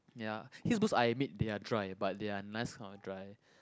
ya his books I admit they are dry but they are nice kind of dry